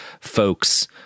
folks –